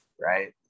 Right